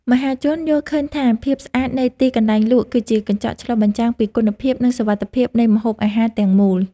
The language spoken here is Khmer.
មហាជនយល់ឃើញថាភាពស្អាតនៃទីកន្លែងលក់ គឺជាកញ្ចក់ឆ្លុះបញ្ចាំងពីគុណភាពនិងសុវត្ថិភាពនៃម្ហូបអាហារទាំងមូល។